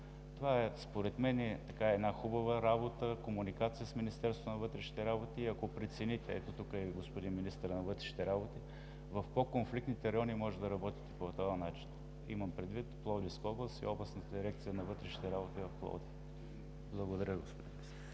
Това е според мен една хубава работа – комуникацията с Министерството на вътрешните работи. Ако прецените, ето тук е и министърът на вътрешните работи, в по-конфликтните райони можете да работите и по този начин. Имам предвид Пловдивска област и Областната дирекция на вътрешните работи в Пловдив. Благодаря.